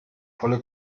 volle